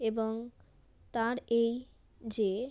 এবং তাঁর এই যে